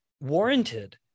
warranted